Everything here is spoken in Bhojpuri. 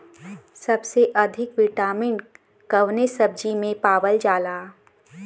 सबसे अधिक विटामिन कवने सब्जी में पावल जाला?